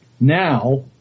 Now